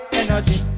energy